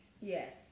Yes